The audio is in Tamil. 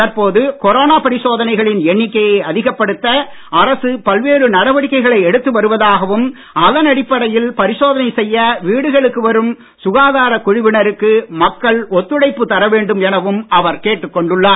தற்பொழுது கொரோனா பரிசோதனைகளின் எண்ணிக்கையை அதிகப்படுத்த அரசு பல்வேறு நடவடிக்கைகளை எடுத்து வருவதாகவும் அதன் அடிப்படையில் பரிசோதனை செய்ய வீடுகளுக்கு வரும் சுகாதார குழுவினருக்கு மக்கள் ஒத்துழைப்புத் தரவேண்டும் எனவும் அவர் கேட்டுக்கொண்டுள்ளார்